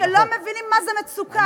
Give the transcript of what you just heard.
שלא מבינים מה זה מצוקה.